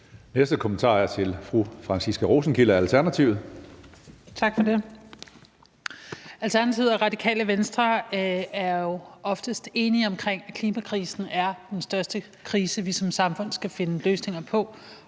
næste kommentar er til fru Franciska Rosenkilde, Alternativet.